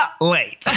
late